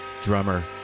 drummer